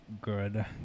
good